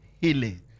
healing